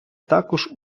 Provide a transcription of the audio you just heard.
також